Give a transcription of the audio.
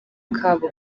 kabo